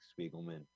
Spiegelman